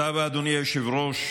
תודה רבה, אדוני היושב-ראש.